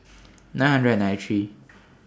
nine hundred and ninety three